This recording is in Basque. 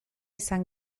izan